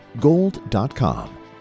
gold.com